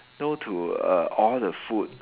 no to err all the food